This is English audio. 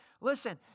Listen